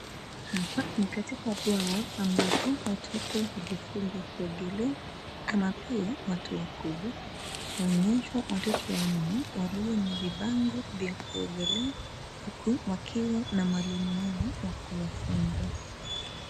Hapa ni katika bwawa ambapo watoto hujifunza kuogelea. Kuna pia watu wakubwa. Tunaonyeshwa watoto wanne walio na vibango vya kuogelea huku wakiwa na mwalimu wao wa kuwafunza.